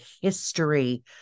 history